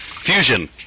Fusion